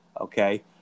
Okay